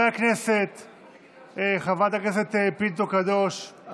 חברת הכנסת פינטו קדוש,